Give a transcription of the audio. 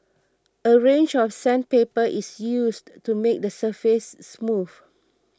a range of sandpaper is used to make the surface smooth